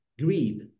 greed